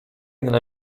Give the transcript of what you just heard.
nella